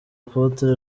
apotre